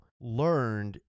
learned